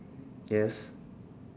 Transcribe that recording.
yes